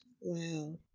Wow